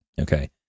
Okay